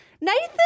Nathan